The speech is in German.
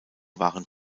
waren